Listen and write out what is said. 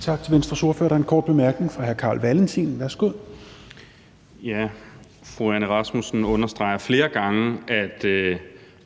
Tak til Venstres ordfører. Der er en kort bemærkning fra hr. Carl Valentin. Værsgo. Kl. 10:44 Carl Valentin (SF): Fru Anne Rasmussen understreger flere gange, at